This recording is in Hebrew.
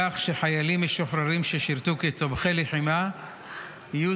כך שחיילים משוחררים ששירתו כתומכי לחימה יהיו